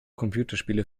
computerspiele